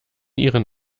ihren